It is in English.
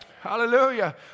Hallelujah